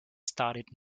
started